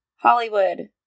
Hollywood